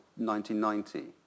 1990